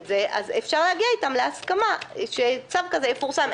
זה אז אפשר להגיע איתם להסכמה שצו כזה יפורסם.